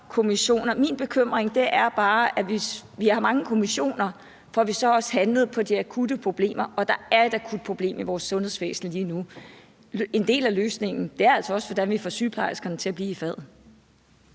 Min bekymring er bare, at vi har haft mange kommissioner, hvor vi så også handlede på de akutte problemer, og der er et akut problem i vores sundhedsvæsen lige nu. En del af løsningen er også at finde ud af, hvordan vi får sygeplejerskerne til at blive i faget.